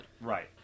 Right